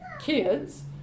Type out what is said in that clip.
kids